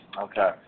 Okay